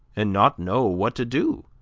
and not know what to do